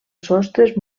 sostres